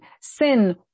Sin